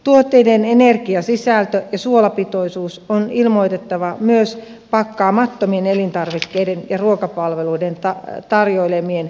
tuotteiden energiasisältö ja suolapitoisuus on ilmoitettava myös pakkaamattomien elintarvikkeiden ja ruokapalveluiden tarjoilemien aterioiden osalta